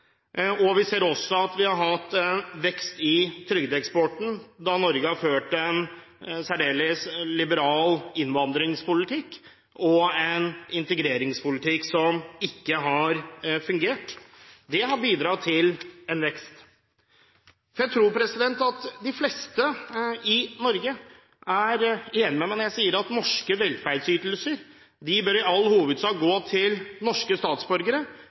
Vi ser også at vi har hatt en vekst i trygdeeksporten fordi Norge har ført en særdeles liberal innvandringspolitikk og en integreringspolitikk som ikke har fungert. Det har bidratt til en vekst. Jeg tror at de fleste i Norge er enige med meg når jeg sier at norske velferdsytelser i all hovedsak bør gå til norske statsborgere